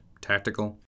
Tactical